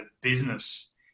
business